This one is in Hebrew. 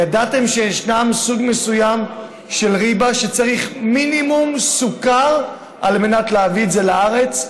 ידעתם שיש סוג מסוים של ריבה שצריך מינימום סוכר כדי להביא אותה לארץ,